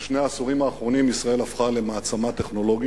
בשני העשורים האחרונים ישראל הפכה למעצמה טכנולוגית,